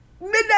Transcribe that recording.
midnight